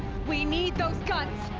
we need those guns!